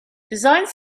designs